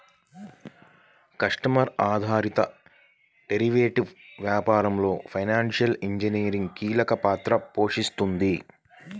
customer ఆధారిత derivatives వ్యాపారంలో financial engineering కీలక పాత్ర పోషిస్తుంది